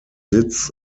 sitz